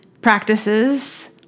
practices